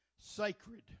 Sacred